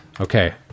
Okay